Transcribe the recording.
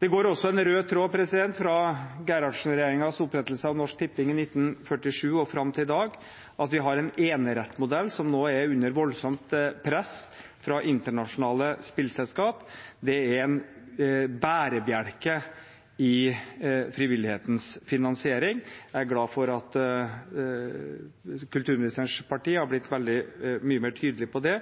Det går også en rød tråd fra Gerhardsen-regjeringens opprettelse av Norsk Tipping i 1947 og fram til i dag. At vi har en enerettsmodell, som nå er under voldsomt press fra internasjonale spillselskap, er en bærebjelke i frivillighetens finansiering. Jeg er glad for at kulturministerens parti har blitt mye mer tydelig på det